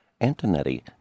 Antonetti